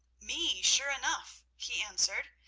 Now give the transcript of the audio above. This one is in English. me sure enough, he answered.